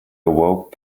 awoke